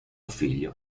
figlio